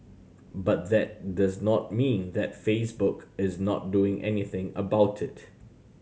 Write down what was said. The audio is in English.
but that does not mean that Facebook is not doing anything about it